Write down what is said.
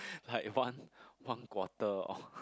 like one one quarter or